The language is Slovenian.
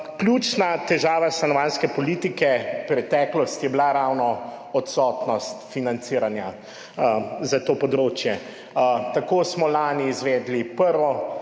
Ključna težava stanovanjske politike v preteklosti je bila ravno odsotnost financiranja tega področja. Tako smo lani izvedli prvo,